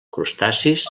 crustacis